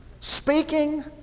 Speaking